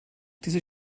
dieser